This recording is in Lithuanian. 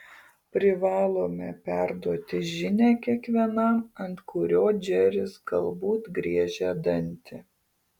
privalome perduoti žinią kiekvienam ant kurio džeris galbūt griežia dantį